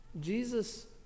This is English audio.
Jesus